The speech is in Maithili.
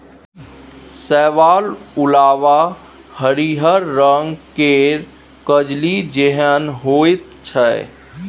शैवाल उल्वा हरिहर रंग केर कजली जेहन होइ छै